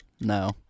no